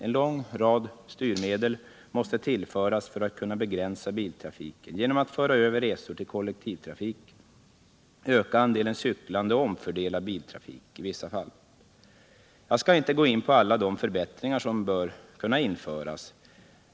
En lång rad styrmedel måste tillföras för att biltrafiken skall kunna begränsas, t.ex. genom att föra över resor till kollektivtrafiken, öka andelen cyklande och omfördela biltrafiken i vissa fall. Jag skall inte gå in på alla de förbättringar som bör införas.